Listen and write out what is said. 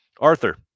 Arthur